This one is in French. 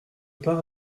pas